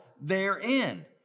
therein